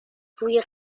روی